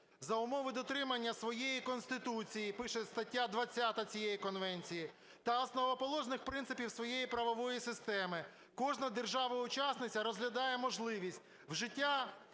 "За умови дотримання своєї Конституції – пише стаття 20 цієї конвенції – та основоположних принципів своєї правової системи кожна держава-учасниця розглядає можливість вжиття